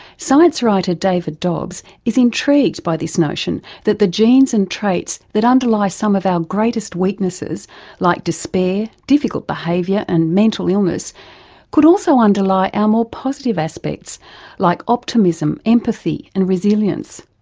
science writer david dobbs is intrigued by this notion that the genes and traits that underlie some of our greatest weaknesses like despair, difficult behaviour and mental illness could also underlie our more positive aspects like optimism, empathy and resilience.